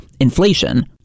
inflation